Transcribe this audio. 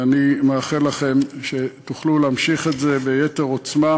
ואני מאחל לכם שתוכלו להמשיך את זה ביתר עוצמה